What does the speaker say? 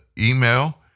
email